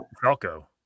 Falco